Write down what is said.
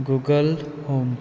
Google home